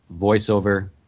voiceover